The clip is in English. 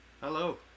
Hello